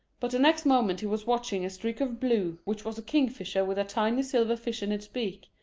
but the next moment he was watching a streak of blue, which was a kingfisher with a tiny silver fish in its beak,